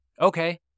Okay